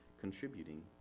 contributing